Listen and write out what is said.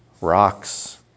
rocks